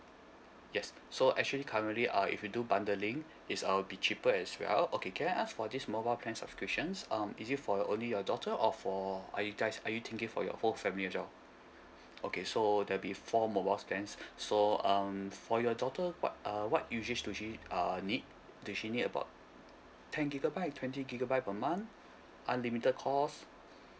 yes so actually currently uh if you do bundling it's will be cheaper as well okay can I ask for this mobile plan subscriptions um is it for your only your daughter or for are you guys are you thinking for your whole family as well okay so there'll be four mobile plans so um for your daughter what uh what usage does she uh need does she need about ten gigabyte twenty gigabyte per month unlimited cost